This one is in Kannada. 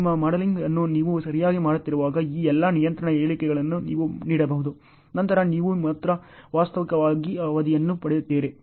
ನಿಮ್ಮ ಮಾಡೆಲಿಂಗ್ ಅನ್ನು ನೀವು ಸರಿಯಾಗಿ ಮಾಡುತ್ತಿರುವಾಗ ಈ ಎಲ್ಲಾ ನಿಯಂತ್ರಣ ಹೇಳಿಕೆಗಳನ್ನು ನೀವು ನೀಡಬಹುದು ನಂತರ ನೀವು ಮಾತ್ರ ವಾಸ್ತವಿಕವಾದ ಅವಧಿಯನ್ನು ಪಡೆಯುತ್ತೀರಿ